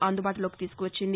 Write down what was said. అందుబాటులోకి తీసుకువచ్చింది